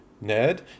Ned